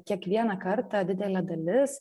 kiekvieną kartą didelė dalis